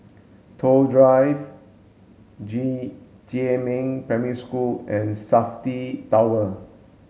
Toh Drive Jiemin Primary School and SAFTI Tower